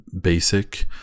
basic